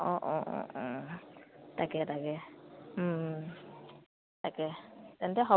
অঁ অঁ অঁ অঁ তাকে তাকে তাকে তেন্তে হ